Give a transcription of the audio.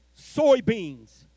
soybeans